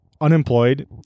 unemployed